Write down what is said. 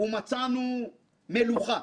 ומצאנו "מלוכה".